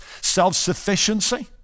self-sufficiency